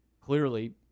clearly